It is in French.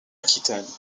aquitaine